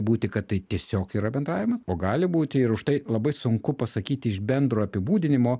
būti kad tai tiesiog yra bendravimas o gali būti ir už tai labai sunku pasakyti iš bendro apibūdinimo